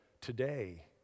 today